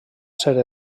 ser